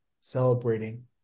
celebrating